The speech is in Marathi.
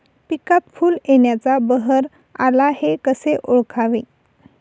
पिकात फूल येण्याचा बहर आला हे कसे ओळखावे?